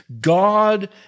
God